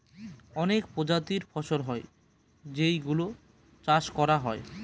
অনেক প্রজাতির ফসল হয় যেই গুলো চাষ করা হয়